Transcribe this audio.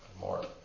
more